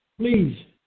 please